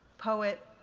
poet,